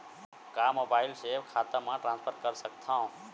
का मोबाइल से खाता म ट्रान्सफर कर सकथव?